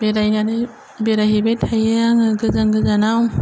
बेरायनानै बेराय हैबाय थायो आङो गोजान गोजानाव